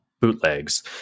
bootlegs